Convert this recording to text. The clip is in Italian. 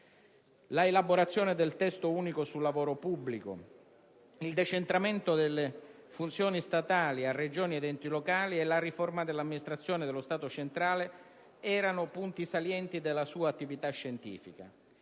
L'elaborazione del Testo unico sul lavoro pubblico, il decentramento delle funzioni statali a Regioni ed enti locali e la riforma dell'amministrazione dello Stato centrale erano punti salienti della sua attività scientifica.